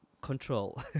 control